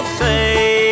say